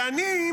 ואני,